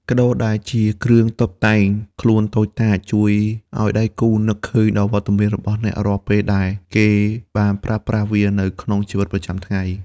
កាដូដែលជាគ្រឿងតុបតែងខ្លួនតូចតាច ជួយឱ្យដៃគូនឹកឃើញដល់វត្តមានរបស់អ្នករាល់ពេលដែលគេបានប្រើប្រាស់វានៅក្នុងជីវិតប្រចាំថ្ងៃ។